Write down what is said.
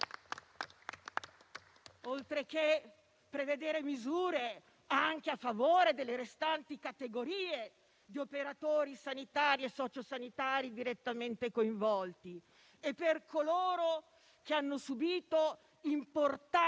oltre a prevedere misure anche a favore delle restanti categorie di operatori sanitari e socio-sanitari direttamente coinvolti e per coloro che hanno subito importanti